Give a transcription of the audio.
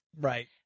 Right